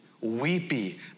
weepy